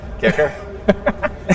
kicker